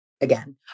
again